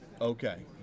Okay